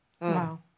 Wow